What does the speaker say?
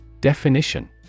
Definition